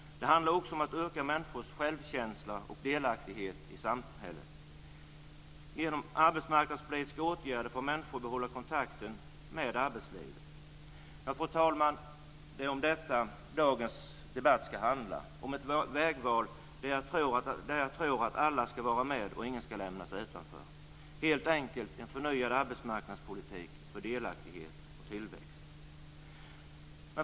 Det handlar också om att öka människors självkänsla och delaktighet i samhället. Genom arbetsmarknadspolitiska åtgärder får människor behålla kontakten med arbetslivet. Fru talman! Det är om detta dagens debatt ska handla. Vi står inför ett vägval där jag anser att alla ska vara med och ingen lämnas utanför. Det handlar helt enkelt om en förnyad arbetsmarknadspolitik för delaktighet och tillväxt. Fru talman!